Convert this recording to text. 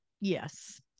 Yes